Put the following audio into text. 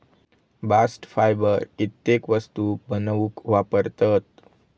bast fibre कित्येक वस्तू बनवूक वापरतत